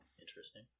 interesting